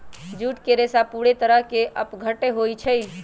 jute के रेशा पूरे तरह से अपघट्य होई छई